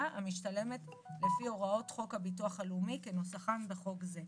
המשתלמת לפי הוראות חוק הביטוח הלאומי כנוסחן בחוק זה.